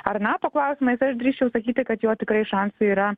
ar nato klausimais aš drįsčiau sakyti kad jo tikrai šansai yra